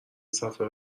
صفحه